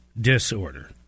disorder